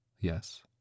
Yes